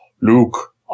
Luke